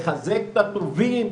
לחזק את הטובים,